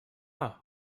what